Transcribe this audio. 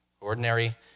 ordinary